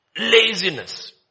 laziness